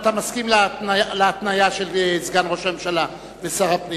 אתה מסכים להתניה של סגן ראש הממשלה ושר הפנים?